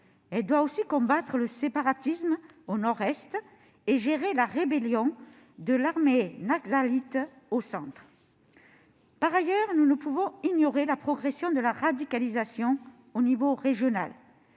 Elle doit aussi combattre le séparatisme au nord-est et gérer la rébellion de l'armée naxalite au centre. Par ailleurs, nous ne pouvons ignorer la progression de la radicalisation à l'échelle régionale.